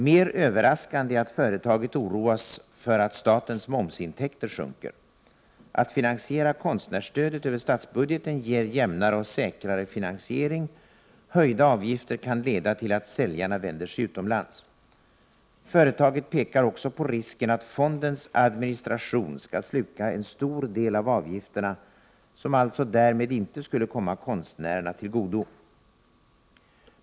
Mer överraskande är att företaget oroas för att statens momsintäkter sjunker. Att finansiera konstnärsstödet över statsbudgeten ger jämnare och säkrare finansiering. Höjda avgifter kan leda till att säljarna vänder sig utomlands. Företaget pekar också på risken att fondens administration skall sluka en stor del av avgifterna, som alltså därmed inte skulle komma konstnärerna till godo.